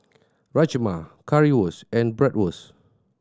Rajma Currywurst and Bratwurst